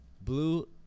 blue